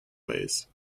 ways